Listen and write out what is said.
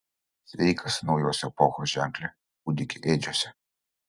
sveikas naujos epochos ženkle kūdiki ėdžiose